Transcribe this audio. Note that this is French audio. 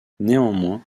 néanmoins